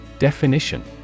Definition